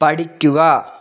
പഠിക്കുക